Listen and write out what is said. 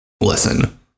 listen